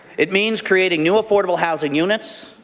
it means creating new affordable housing units,